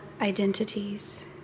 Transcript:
identities